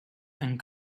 and